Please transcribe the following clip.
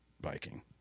biking